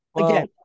Again